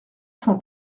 cent